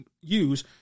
use